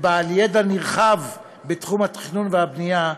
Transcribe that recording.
שהוא בעל ידע נרחב בתחום התכנון והבנייה,